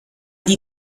die